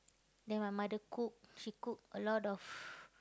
then my mother cook she cook a lot of